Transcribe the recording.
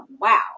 wow